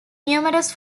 numerous